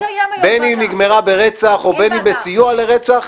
בין אם נגמרה ברצח ובין אם בסיוע לרצח,